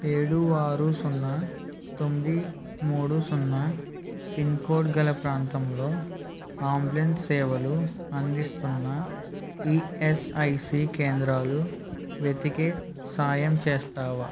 ఏడు ఆరు సున్నా తొమ్మిది మూడు సున్నా పిన్ కోడ్ గల ప్రాంతంలో అంబులెన్స్ సేవలు అందిస్తున్న ఈఎస్ఐసి కేంద్రాలు వెతికే సాయం చేస్తావా